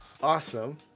awesome